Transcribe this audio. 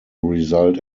result